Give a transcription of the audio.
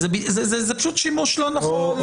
זה פשוט שימוש לא נכון...